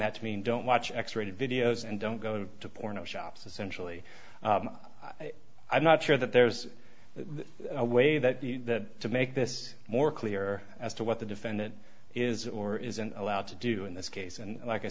that to mean don't watch x rated videos and don't go to porno shops essentially i'm not sure that there's a way that to make this more clear as to what the defendant is or isn't allowed to do in this case and like i